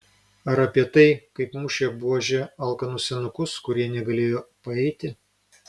ar apie tai kaip mušė buože alkanus senukus kurie negalėjo paeiti